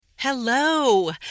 Hello